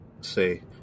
say